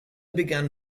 began